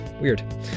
Weird